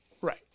Right